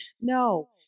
No